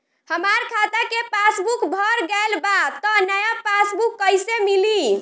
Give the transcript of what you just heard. हमार खाता के पासबूक भर गएल बा त नया पासबूक कइसे मिली?